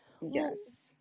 Yes